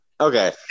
Okay